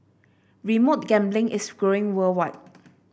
remote gambling is growing worldwide